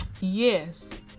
Yes